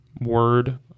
word